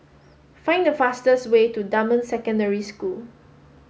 find the fastest way to Dunman Secondary School